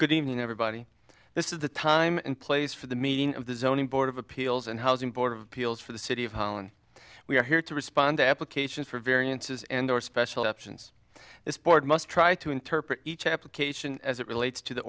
good evening everybody this is the time and place for the meeting of the zoning board of appeals and housing board of peel's for the city of holland we are here to respond to applications for variances and or special options this board must try to interpret each application as it relates to the